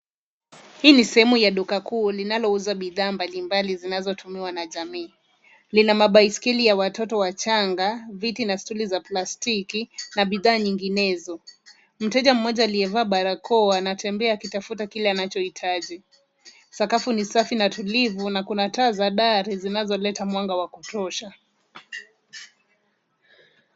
Hii ni sehemu ya dukakuu linalouza bidhaa mbalimbali zinazotumiwa na jamii. Lina mabaiskeli ya watoto wachanga, viti na stuli za plastiki na bidhaa nyinginezo. Mteja mmoja aliyevaa barakoa anatembea akitafuta kile anachihitaji. Sakafu ni safi na tulivu na kuna taa za dari zinazoleta mwanga wa kutosha.